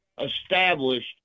established